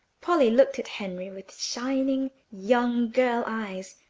polly looked at henry with shining, young girl eyes,